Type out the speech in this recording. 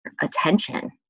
attention